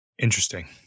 Interesting